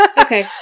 Okay